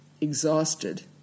Exhausted